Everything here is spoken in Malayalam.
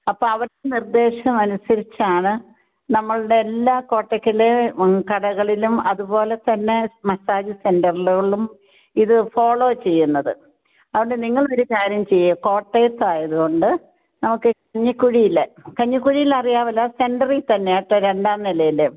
അപ്പം അവരെ നിർദ്ദേശം അനുസരിച്ചാണ് നമ്മളുടെ എല്ലാ കോട്ടക്കൽ കടകളിലും അതുപോലെത്തന്നെ മസാജ് സെൻ്റെറുകളിലും ഇത് ഫോളോ ചെയ്യുന്നത് അത് നിങ്ങൾ ഒരു കാര്യം ചെയ്യ് കോട്ടയത്തായതുകൊണ്ട് നമുക്ക് കഞ്ഞിക്കുഴിയിൽ കഞ്ഞിക്കുഴിയിൽ അറിയാമല്ലോ ആ സെൻറ്ററീ തന്നെ ആട്ടെ രണ്ടാം നിലയിൽ